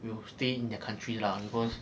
will stay in the country lah because